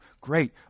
great